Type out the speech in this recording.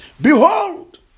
Behold